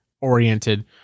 oriented